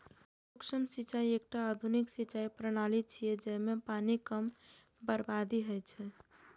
सूक्ष्म सिंचाइ एकटा आधुनिक सिंचाइ प्रणाली छियै, जइमे पानिक कम बर्बादी होइ छै